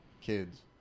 kids